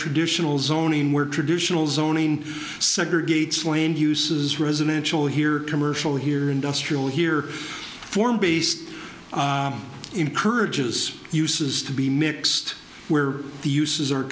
traditional zoning where traditional zoning segregates land uses residential here commercial here industrial here form based encourages uses to be mixed where the uses are